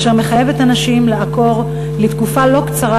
אשר מחייב את הנשים לעקור לתקופה לא קצרה